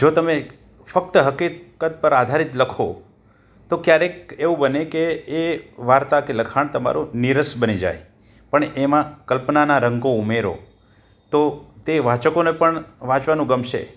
જો તમે ફક્ત હકીકત પર આધારિત લખો તો ક્યારેક એવું બને કે એ વાર્તા કે લખાણ તમારું નીરસ બની જાય પણ એમાં કલ્પનાના રંગો ઉમેરો તો તે વાચકોને પણ વાંચવાનું ગમશે